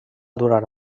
durar